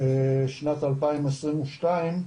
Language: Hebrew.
שנת 2022,